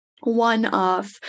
one-off